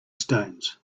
stones